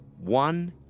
one